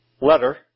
letter